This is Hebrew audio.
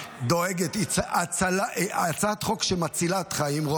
היא הצעת חוק שמצילה את חיים,